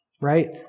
right